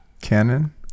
Canon